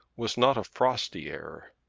was not a frosty air.